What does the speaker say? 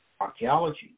Archaeology